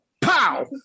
Pow